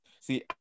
See